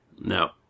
No